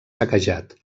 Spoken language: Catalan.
saquejat